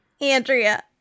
Andrea